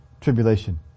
tribulation